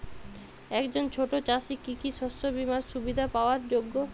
একজন ছোট চাষি কি কি শস্য বিমার সুবিধা পাওয়ার যোগ্য?